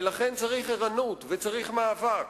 ולכן צריך ערנות, וצריך מאבק.